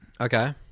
Okay